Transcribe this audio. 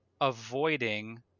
avoiding